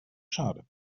schade